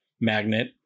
magnet